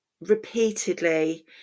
repeatedly